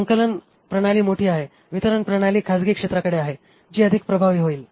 संकलन प्रणाली मोठी आहे वितरण प्रणाली खासगी क्षेत्राकडे आहे जी अधिक प्रभावी होईल